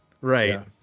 Right